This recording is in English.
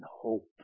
hope